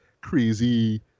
crazy